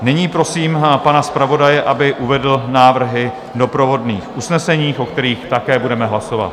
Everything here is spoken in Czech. Nyní prosím pana zpravodaje, aby uvedl návrhy doprovodných usnesení, o kterých také budeme hlasovat.